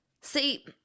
see